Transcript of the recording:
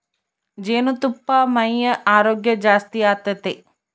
ಜೇನುತುಪ್ಪಾ ಮೈಯ ಆರೋಗ್ಯ ಜಾಸ್ತಿ ಆತತೆ